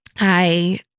I-